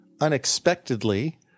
unexpectedly